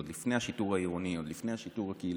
עוד לפני השיטור העירוני, לפני השיטור הקהילתי,